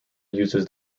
uses